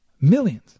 Millions